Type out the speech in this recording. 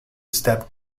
step